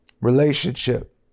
Relationship